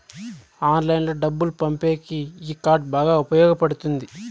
ఆన్లైన్లో డబ్బులు పంపేకి ఈ కార్డ్ బాగా ఉపయోగపడుతుంది